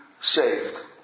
saved